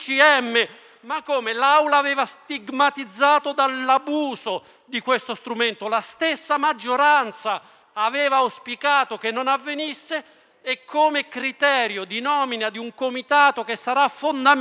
Ma come? L'Assemblea aveva stigmatizzato l'abuso di questo strumento, la stessa maggioranza aveva auspicato che non avvenisse e, come criterio di nomina di un comitato, che sarà fondamentale